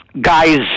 guys